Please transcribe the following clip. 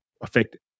affected